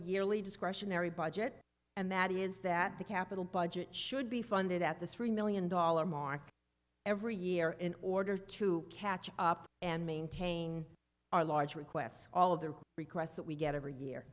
yearly discretionary budget and that is that the capital budget should be funded at the three million dollar mark every year in order to catch up and maintain our large requests all of the requests that we get every year